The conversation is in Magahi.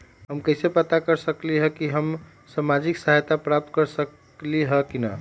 हम कैसे पता कर सकली ह की हम सामाजिक सहायता प्राप्त कर सकली ह की न?